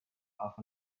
half